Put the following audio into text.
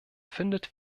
findet